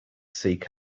seek